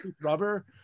rubber